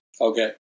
Okay